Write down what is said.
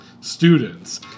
students